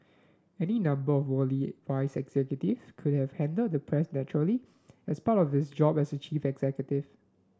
any number of worldly wise executive could have handled the press naturally as part of his job as chief executive